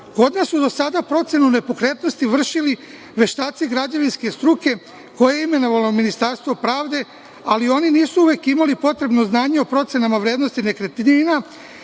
odnosu do sada, procenu nepokretnosti vršili su veštaci građevinske struke, koje je imenovalo Ministarstvo pravde, ali oni nisu uvek imali potrebno znanje o procenama vrednosti nekretnina,